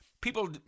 People